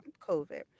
COVID